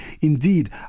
Indeed